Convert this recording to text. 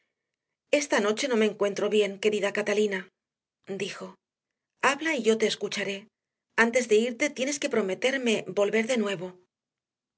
esta noche no me encuentro bien querida catalina dijo habla y yo te escucharé antes de irte tienes que prometerme volver de nuevo